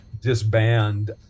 disband